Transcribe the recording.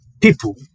people